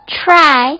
try